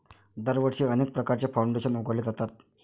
दरवर्षी अनेक प्रकारचे फाउंडेशन उघडले जातात